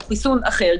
הוא חיסון אחר,